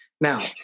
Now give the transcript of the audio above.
Now